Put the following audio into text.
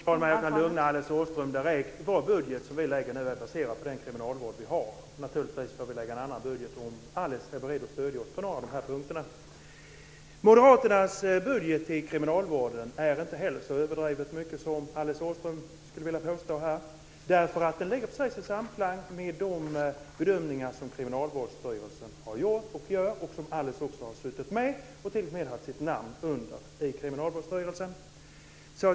Fru talman! Jag kan lugna Alice Åström direkt. Den budget som vi nu lägger fram är baserad på den kriminalvård som vi har. Naturligtvis får vi lägga fram en annan budget om Alice är beredd att stödja oss på någon av de här punkterna. Moderaternas budget till kriminalvården är inte heller så överdrivet stor som Alice Åström vill påstå här. Den ligger precis i samklang med de bedömningar som Kriminalvårdsstyrelsen har gjort och gör. Alice har ju också suttit med och satt sitt namn under dessa i Kriminalvårdsstyrelsen.